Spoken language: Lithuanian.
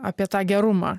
apie tą gerumą